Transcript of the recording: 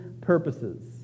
purposes